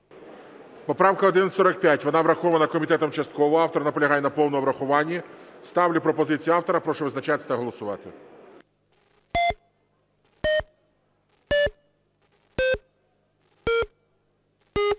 Поправка 1145, вона врахована комітетом частково, автор наполягає на повному врахуванні. Ставлю пропозицію автора. Прошу визначатись та голосувати. 14:22:53 За-53 Рішення